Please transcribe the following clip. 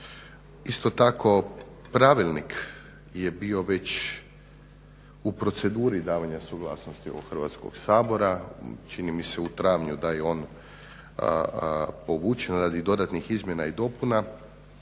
Isto tako pravilnik je bio već u proceduri davanja suglasnosti ovog Hrvatskog sabora, čini mi se u travnju da je on povučen radi dodatnih izmjena i dopuna,